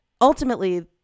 Ultimately